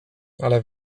ale